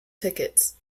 tickets